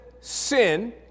sin